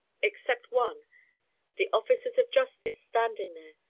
except one the officers of justice standing there,